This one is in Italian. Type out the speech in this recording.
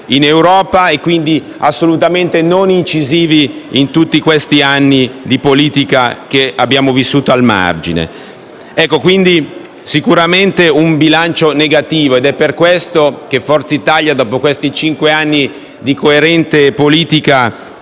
non siamo stati assolutamente incisivi in tutti questi anni di politica che abbiamo vissuto al margine. Quindi, è sicuramente un bilancio negativo, ed è per questo che Forza Italia, dopo questi cinque anni di coerente politica